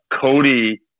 Cody